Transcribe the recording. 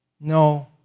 No